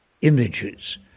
images